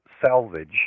salvage